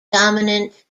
dominant